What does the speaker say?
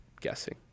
guessing